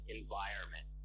environment